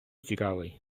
цікавий